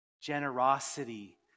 generosity